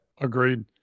Agreed